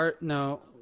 No